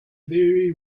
very